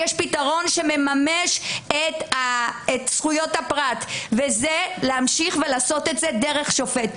יש פתרון שמממש את זכויות הפרט וזה להמשיך ולעשות את זה דרך שופט.